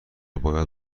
باید